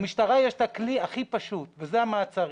למשטרה יש את הכלי הכי פשוט וזה המעצרים,